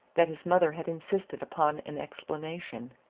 that his mother had insisted upon an explanation.